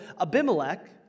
Abimelech